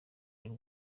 y’u